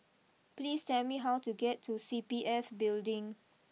please tell me how to get to C P F Building